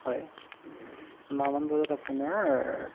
হয় নমান বজাত আপোনাৰ